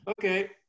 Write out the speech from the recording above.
okay